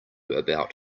about